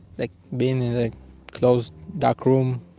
like being in a closed dark room,